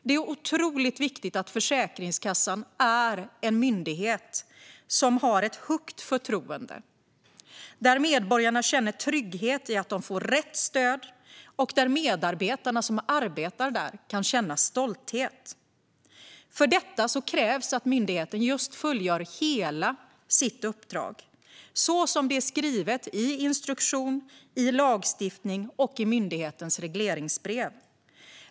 Det är otroligt viktigt att Försäkringskassan är en myndighet som åtnjuter högt förtroende, där medborgarna känner trygghet i att de får rätt stöd och där medarbetarna kan känna stolthet. För detta krävs att myndigheten fullgör hela sitt uppdrag, så som det är skrivet i instruktion, lagstiftning och myndighetens regleringsbrev.